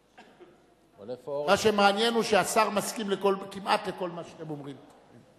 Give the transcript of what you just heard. מה שמעניין הוא שהשר מסכים כמעט לכל מה שאתם אומרים.